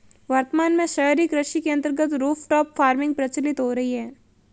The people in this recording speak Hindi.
वर्तमान में शहरी कृषि के अंतर्गत रूफटॉप फार्मिंग प्रचलित हो रही है